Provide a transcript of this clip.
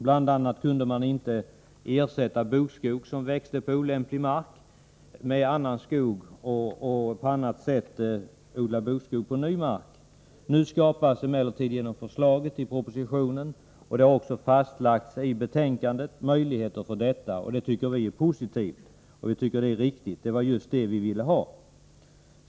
Bl.a. kunde man inte ersätta bokskog som växte på olämplig mark med annan skog och odla bokskog på ny mark. Genom förslagen i propositionen anvisas nu den möjligheten, och detta har också fastlagts i utskottsbetänkandet. Vi tycker att det är positivt, för det var just det vi ville ha.